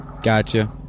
gotcha